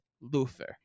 Luther